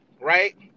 right